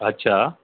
अच्छा